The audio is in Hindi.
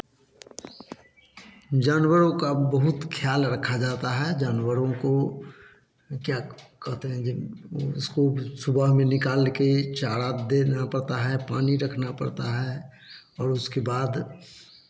जानवरों का बहुत ख़याल रखा जाता है जानवरों को क्या कहते हैं जे उसको सुबह में निकाल के चारा देना पड़ता है पानी रखना पड़ता है और उसके बाद